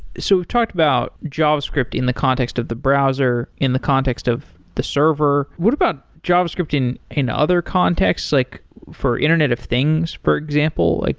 so we've talked about javascript in the context of the browser, in the context of the server. what about javascript in in other contexts, like for internet of things, for example? like